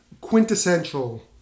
quintessential